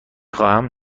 خواهم